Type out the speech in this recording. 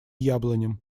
яблоням